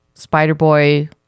Spider-Boy